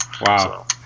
Wow